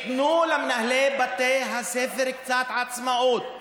תנו למנהלי בתי הספר קצת עצמאות,